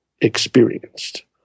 experienced